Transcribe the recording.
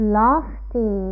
lofty